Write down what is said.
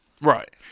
Right